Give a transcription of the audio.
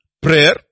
Prayer